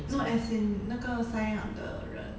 no as in 那个 sign up 的人